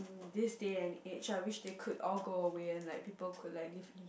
this day and age I wish they could all go away and like people could like live